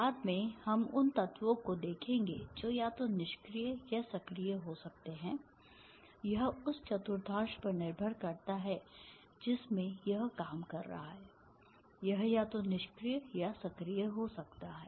बाद में हम उन तत्वों को देखेंगे जो या तो निष्क्रिय या सक्रिय हो सकते हैं यह उस चतुर्थांश पर निर्भर करता है जिसमें यह काम कर रहा है यह या तो निष्क्रिय या सक्रिय हो सकता है